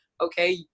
okay